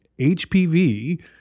HPV